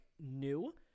new